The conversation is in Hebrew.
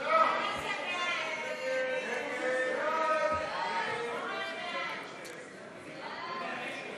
ההצעה להעביר את הצעת חוק שירות המדינה (מינויים) (תיקון,